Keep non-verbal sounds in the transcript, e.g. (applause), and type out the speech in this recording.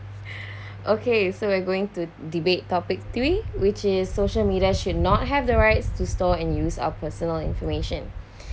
(breath) okay so we're going to debate topic three which is social media should not have the rights to store and use our personal information (breath)